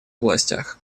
областях